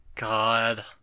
God